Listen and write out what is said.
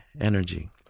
energy